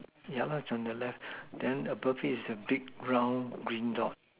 yeah lah it's on your left then above it is a big round green dot